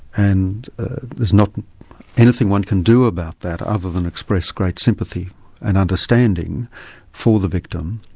and there's not anything one can do about that, other than express great sympathy and understanding for the victims,